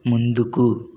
ముందుకు